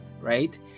right